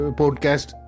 podcast